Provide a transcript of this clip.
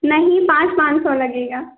नहीं पाँच पाँच सौ लगेगा